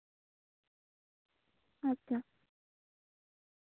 ᱟᱪᱪᱷᱟ